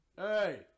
Hey